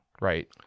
Right